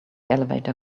elevator